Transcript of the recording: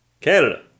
Canada